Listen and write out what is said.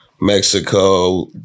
Mexico